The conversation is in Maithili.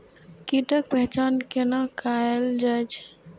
कीटक पहचान कैना कायल जैछ?